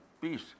peace